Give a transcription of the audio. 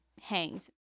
hanged